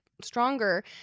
stronger